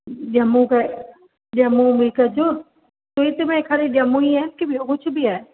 ॼमूं कयो ॼमूं बि कजो स्वीट में ख़ाली ॼमूं ई आहे कि ॿियो कुझु बि आहे